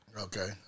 okay